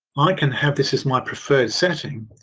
i can have this as my preferred setting.